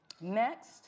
next